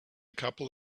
couple